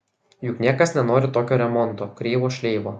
juk niekas nenori tokio remonto kreivo šleivo